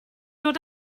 dod